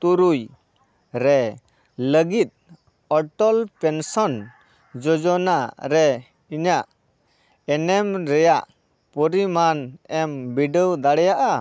ᱛᱩᱨᱩᱭ ᱨᱮ ᱞᱟᱹᱜᱤᱫ ᱚᱴᱚᱞ ᱯᱮᱱᱥᱚᱱ ᱡᱳᱡᱚᱱᱟ ᱨᱮ ᱤᱧᱟᱹᱜ ᱮᱱᱮᱢ ᱨᱮᱱᱟᱜ ᱯᱚᱨᱤᱢᱟᱱ ᱮᱢ ᱵᱤᱰᱟᱹᱣ ᱫᱟᱲᱮᱭᱟᱜᱼᱟ